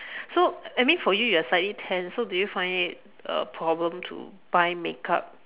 so I mean for you you are slightly tanned so do you find it a problem to buy makeup